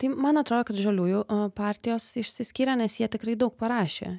tai man atrodo kad žaliųjų partijos išsiskyrė nes jie tikrai daug parašė